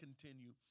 continue